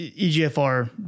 egfr